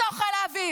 מתוך חיל האוויר,